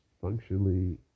functionally